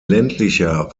ländlicher